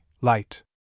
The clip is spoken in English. light